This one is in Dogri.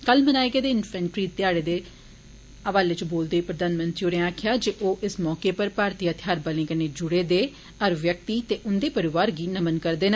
कल मनाए गेदे इन्फ्रेन्ट्री ध्याड़े दे हवाले च बोलदे होई प्रधानमंत्री होरें आक्खेआ जे ओ इस मौके उप्पर भारतीय हथियारबले कन्नै जुडे दे हर व्यक्ति ते उन्दे परौआर गी नमन करदे न